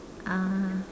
ah